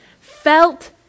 felt